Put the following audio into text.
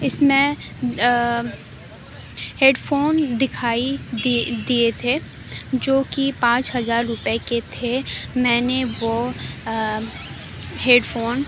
اس میں headphone دکھائی دی دیے تھے جو کہ پانچ ہزار روپے کے تھے میں نے وہ ہیڈ فون